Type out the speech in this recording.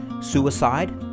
suicide